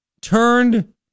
turned